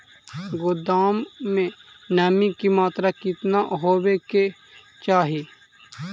गोदाम मे नमी की मात्रा कितना होबे के चाही?